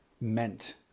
meant